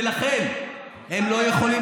ולכן הם לא יכולים